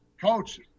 coach